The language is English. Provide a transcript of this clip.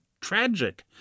tragic